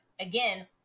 Again